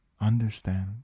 Understand